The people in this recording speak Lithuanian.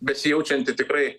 besijaučianti tikrai